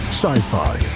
sci-fi